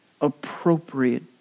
appropriate